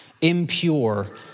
impure